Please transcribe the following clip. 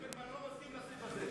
ליברמן לא מסכים לסעיף הזה.